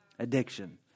Addiction